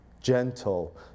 gentle